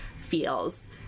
feels